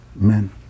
amen